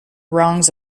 wrongs